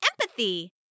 empathy